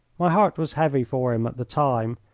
my heart was heavy for him at the time,